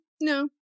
No